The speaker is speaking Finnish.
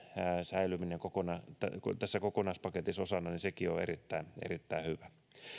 säilyminen tässä kokonaispaketissa osana on sekin erittäin erittäin hyvä